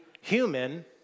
human